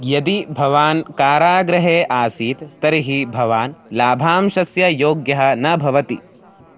यदि भवान् कारागृहे आसीत् तर्हि भवान् लाभांशस्य योग्यः न भवति